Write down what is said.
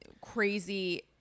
crazy